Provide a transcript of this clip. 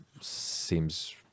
seems